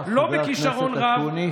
לא בכישרון רב,